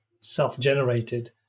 self-generated